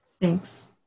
Thanks